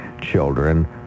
children